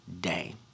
day